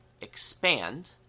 Expand